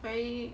very